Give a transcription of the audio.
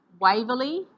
Waverley